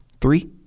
Three